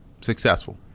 successful